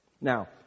Now